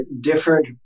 different